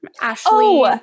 Ashley